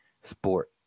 sport